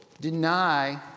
deny